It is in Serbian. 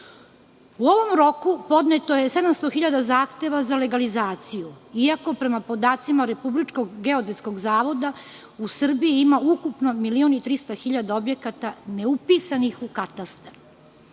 U ovom roku podneto je 700.000 zahteva za legalizaciju, iako prema podacima Republičkog geodetskog zavoda u Srbiji ima ukupno 1.300.000 objekata neupisanih u katastar. Evo